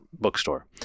bookstore